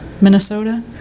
Minnesota